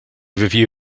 review